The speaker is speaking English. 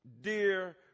dear